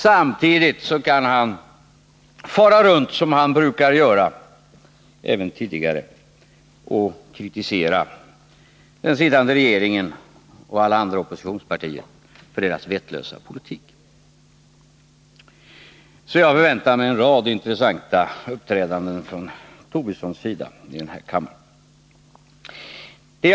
Samtidigt kan Lars Tobisson, som han brukat göra även tidigare, fara runt och kritisera den sittande regeringen och övriga oppositionspartier för deras vettlösa politik. Jag förväntar mig alltså en rad intressanta uppträdanden här i kammaren från Lars Tobissons sida.